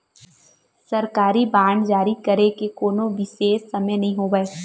सरकारी बांड जारी करे के कोनो बिसेस समय नइ होवय